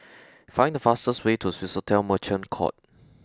find the fastest way to Swissotel Merchant Court